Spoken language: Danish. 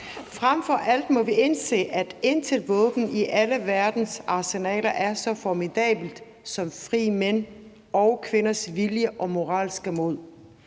Frem for alt må vi indse, at intet våben i alle verdens arsenaler er så formidabelt som frie mænd og kvinders vilje og moralske mod.